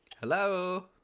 hello